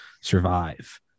survive